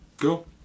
Cool